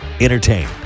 entertain